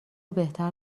بهتر